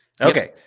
Okay